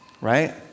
Right